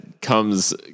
comes